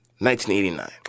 1989